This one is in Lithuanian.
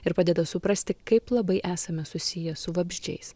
ir padeda suprasti kaip labai esame susiję su vabzdžiais